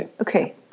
Okay